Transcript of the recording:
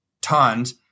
tons